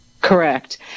Correct